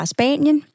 Spanien